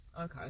Okay